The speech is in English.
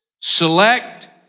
select